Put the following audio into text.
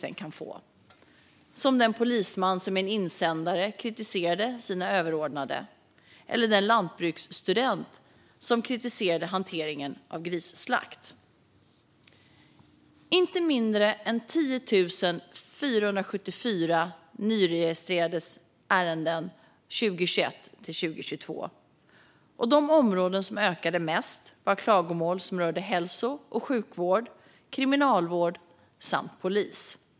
Det var fallet för den polisman som i en insändare kritiserade sina överordnade eller för den lantbruksstudent som kritiserade hanteringen av grisslakt. Inte mindre än 10 474 ärenden nyregistrerades 2021/22. De områden som ökade mest var klagomål som rörde hälso och sjukvård, kriminalvård samt polis.